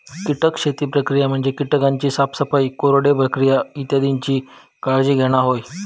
कीटक शेती प्रक्रिया म्हणजे कीटकांची साफसफाई, कोरडे प्रक्रिया इत्यादीची काळजी घेणा होय